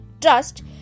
Trust